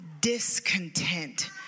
discontent